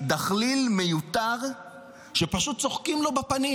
מעולם לא הרגשתי דחליל מיותר שפשוט צוחקים לו בפנים.